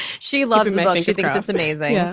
she loves me. me. she thinks it's amazing. ah